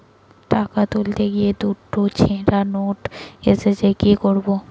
টাকা তুলতে গিয়ে দুটো ছেড়া নোট এসেছে কি করবো?